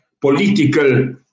political